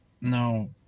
No